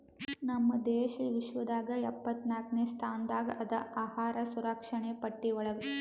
ನಮ್ ದೇಶ ವಿಶ್ವದಾಗ್ ಎಪ್ಪತ್ನಾಕ್ನೆ ಸ್ಥಾನದಾಗ್ ಅದಾ ಅಹಾರ್ ಸುರಕ್ಷಣೆ ಪಟ್ಟಿ ಒಳಗ್